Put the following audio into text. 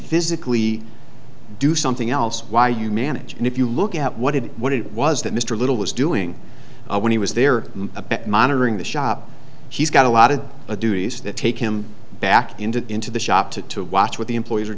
physically do something else why you manage and if you look at what it what it was that mr little was doing when he was there a bet monitoring the shop he's got a lot of the duties that take him back into into the shop to to watch what the employees are